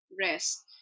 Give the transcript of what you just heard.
rest